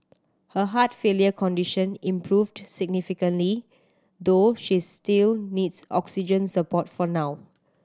her heart failure condition improved significantly though she still needs oxygen support for now